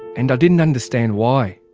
and i didn't understand why.